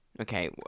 Okay